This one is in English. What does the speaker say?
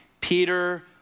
Peter